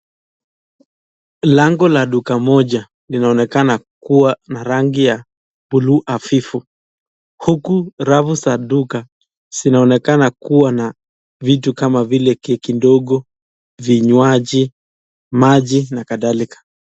Lango la duka moja linaonekana kuwa na rangi ya bluu hafifu huku rafu za duka zinaonekana kuwa na vitu kama vile keki ndogo, maji, vinywaji na kadhalika.